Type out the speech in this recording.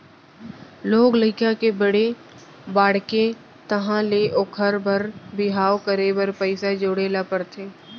लोग लइका बड़े बाड़गे तहाँ ले ओखर बर बिहाव करे बर पइसा जोड़े ल परथे